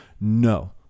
No